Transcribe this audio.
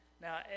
Now